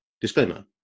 Disclaimer